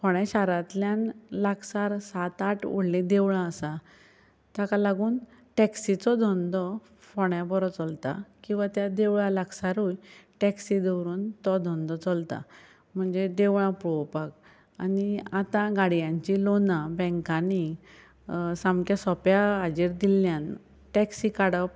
फोंड्या शारांतल्यान लागसार सात आठ व्हडलीं देवळां आसा ताका लागून टॅक्सीचो धंदो फोंड्या बरो चलता किंवां त्या देवळां लागसारूय टॅक्सी दवरून तो धंदो चलता म्हणजे देवळां पळोवपाक आनी आतां गाडयांचीं लोनां बॅंकांनी सामक्या सोंप्या हाचेर दिल्ल्यान टॅक्सी काडप